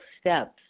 steps